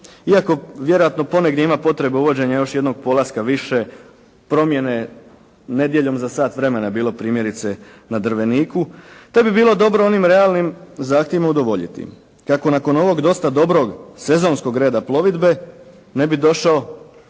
iako vjerojatno ponegdje ima potrebe uvođenja još jednog polaska više, promjene nedjeljom za sat vremena je bilo primjerice na Drveniku, te bi bilo dobro u onim realnim zahtjevima udovoljiti. Kako nakon ovog dosta dobrog sezonskog reda plovidbe ne bi došao